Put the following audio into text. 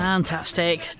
Fantastic